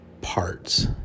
parts